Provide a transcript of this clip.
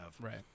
Right